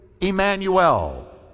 Emmanuel